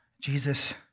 Jesus